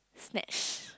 snatch